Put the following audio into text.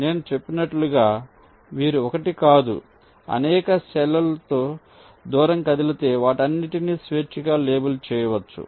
నేను చెప్పినట్లుగా మీరు ఒకటి కాదు అనేక సెల్లులు ల్ దూరం కదిలితే వాటన్నిటిని స్వేచ్ఛగా లేబుల్ చేయవచ్చు